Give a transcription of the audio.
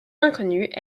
inconnues